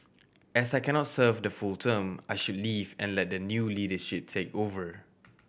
as I cannot serve the full term I should leave and let the new leadership take over